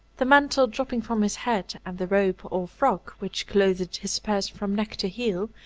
the mantle dropping from his head, and the robe or frock which clothed his person from neck to heel,